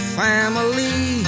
family